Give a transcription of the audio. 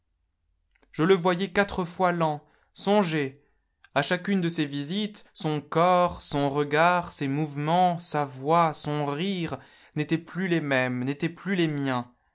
je le voyais quatre fois l'an songez a chacune de ses visites son corps son regard ses mouvements sa voix son rire n'étaient plus les mêmes n'étaient plus les miens